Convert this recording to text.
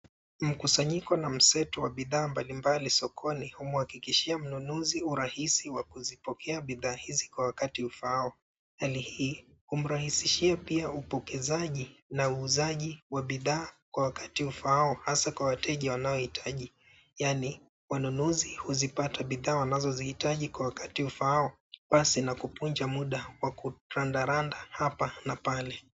Mkusanyiko na mseto wa bidhaa mbalimbali sokoni humhakikishia mnunuzi urahisi wa kuzipokea bidhaa hizi kwa wakati ufaao. Hali hii humrahisishia pia upokezaji na uuzaji wa bidhaa kwa wakati ufaao hasa kwa wateja wanaohitaji yaani, wanunuzi huzipata bidhaa wanazozihitaji kwa wakati ufaao basi na kuvunja muda wa kurandaranda hapa na pale.